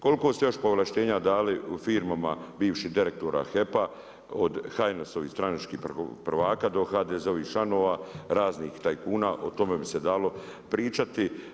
Koliko ste još povlaštenja dali u firmama bivših direktora HEP-a od HNS-ovih stranačkih prvaka do HDZ-ovih članova, raznih tajkuna, o tome bi se dalo pričati.